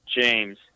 James